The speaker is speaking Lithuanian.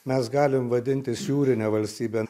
mes galim vadintis jūrine valstybe